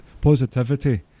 positivity